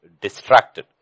distracted